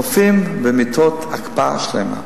רופאים ומיטות, הקפאה שלמה.